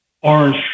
orange